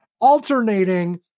alternating